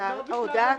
אין בעיה.